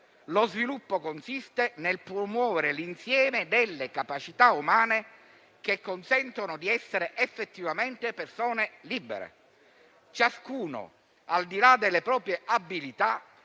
lo sviluppo consiste nel promuovere l'insieme delle capacità umane che consentono di essere effettivamente persone libere; ciascuno, al di là delle proprie abilità,